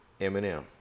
Eminem